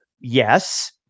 Yes